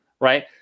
right